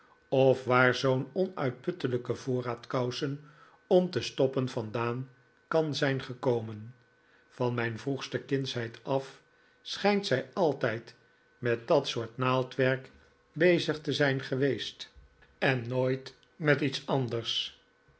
of waar zoo'n onuitputtelijke vooiraad kousen om te stoppen vandaan kan zijn gekomen van mijn vroegste kindsheid af schijnt zij altijd met dat soort naaidwerk bezig te zijn geweest en nooit met iets anders